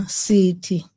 city